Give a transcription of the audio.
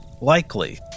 likely